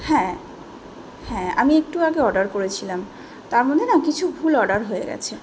হ্যাঁ হ্যাঁ আমি একটু আগে অর্ডার করেছিলাম তার মধ্যে না কিছু ভুল অর্ডার হয়ে গেছে